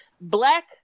black